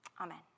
Amen